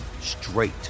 straight